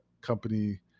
company